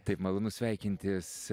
taip malonu sveikintis